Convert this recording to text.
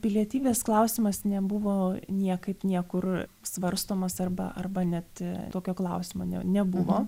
pilietybės klausimas nebuvo niekaip niekur svarstomas arba arba net tokio klausimo nebuvo